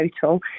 total